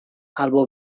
albo